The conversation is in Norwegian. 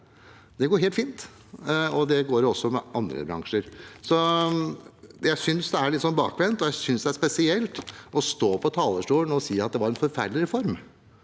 Det går helt fint, og det gjør det også i andre bransjer. Jeg synes det er litt bakvendt, og jeg synes det er spesielt å stå på talerstolen og si at det var en forferdelig reform.